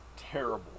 Terrible